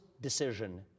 decision